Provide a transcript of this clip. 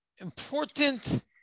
important